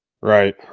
Right